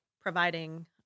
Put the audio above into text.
providing